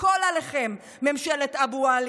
הכול עליכם, ממשלת אבו עלי.